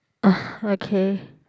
okay